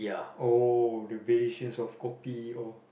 oh the variations of kopi oh